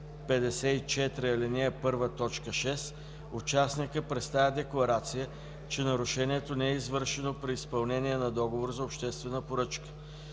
54, ал. 1, т. 6, участникът представя декларация, че нарушението не е извършено при изпълнение на договор за обществена поръчка.